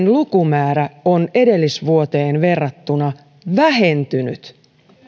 lukumäärä on edellisvuoteen verrattuna vähentynyt